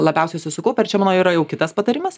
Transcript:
labiausiai susikaupę ir čia mano yra jau kitas patarimas